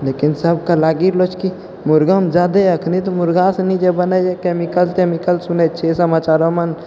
लेकिन सभके लागि रहलो छै कि मुर्गामे ज्यादे यहै अखनी मुर्गा सनि जे बनैए कैमिकल तैमिकल सुनै छियै समाचारोमे